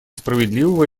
справедливого